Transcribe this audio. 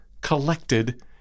collected